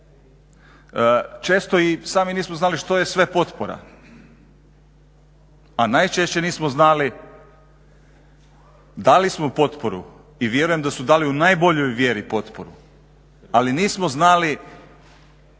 Često i sami nismo znali što je sve potpora, a najčešće nismo znali, dali smo potporu i vjerujem da su dali u najboljoj vjeri potporu ali nismo znali